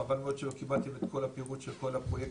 חבל מאוד שלא קיבלתם את כל הפירוט של כל הפרויקטים,